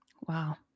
Wow